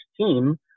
team